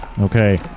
Okay